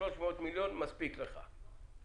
300 מיליון מספיק לך.